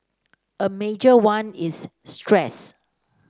a major one is stress